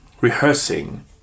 rehearsing